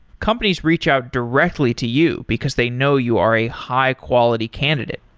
companies reach out directly to you because they know you are a high quality candidate.